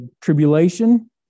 tribulation